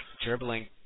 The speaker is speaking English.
dribbling